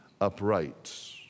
upright